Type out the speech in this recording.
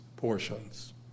portions